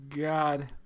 god